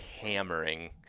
hammering